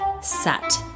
sat